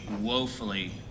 woefully